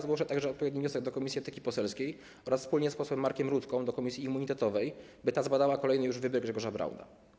Zgłoszę także odpowiedni wniosek do Komisji Etyki Poselskiej oraz wspólnie z posłem Markiem Rutką do komisji immunitetowej, by te zbadały kolejny już wybryk Grzegorza Brauna.